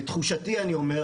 לתחושתי אני אומר,